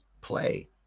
play